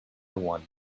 one